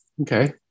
Okay